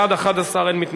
לוועדת הכלכלה נתקבלה.